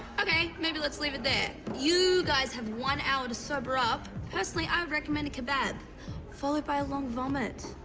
ok, maybe let's leave it there. you guys have one hour to sober up. personally, i recommend a kabob followed by a long vomit.